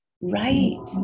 right